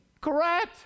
Correct